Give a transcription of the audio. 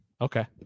Okay